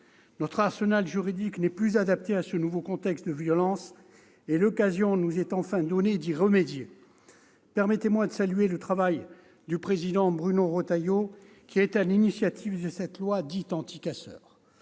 Notre arsenal juridique n'est plus adapté à ce nouveau contexte de violence, et l'occasion nous est enfin donnée d'y remédier. Permettez-moi de saluer le travail du président Bruno Retailleau, qui est à l'initiative de cette loi dite « anti-casseurs